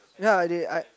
ya I did I